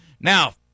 now